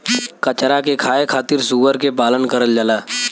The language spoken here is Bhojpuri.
कचरा के खाए खातिर सूअर के पालन करल जाला